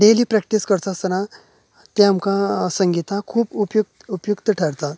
daily practice करतास्ताना ते आमकां संगितान खूब उपयुक्त उपयुक्त थारता